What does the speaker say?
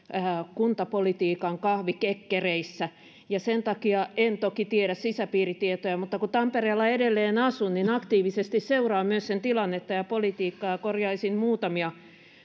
kuntapolitiikan kahvikekkereissä ja sen takia en toki tiedä sisäpiiritietoja mutta kun tampereella edelleen asun niin aktiivisesti seuraan myös sen tilannetta ja politiikkaa ja korjaisin muutamia